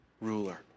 ruler